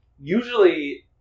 usually